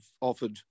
offered